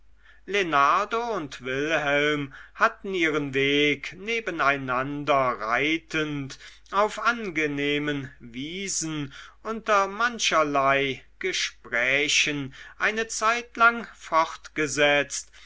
und wilhelm hatten ihren weg nebeneinander reitend auf angenehmen wiesen unter mancherlei gesprächen eine zeitlang fortgesetzt